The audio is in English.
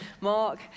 Mark